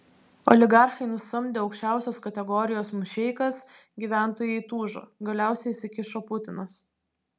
oligarchai nusamdė aukščiausios kategorijos mušeikas gyventojai įtūžo galiausiai įsikišo putinas